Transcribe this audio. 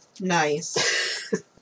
Nice